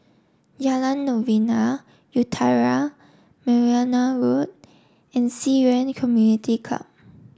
Jalan Novena Utara Merryn Road and Ci Yuan Community Club